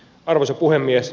arvoisa puhemies